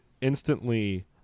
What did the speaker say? instantly